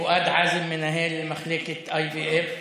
פרופ' פואד עאזם, מנהל מחלקת IVF,